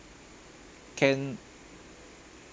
can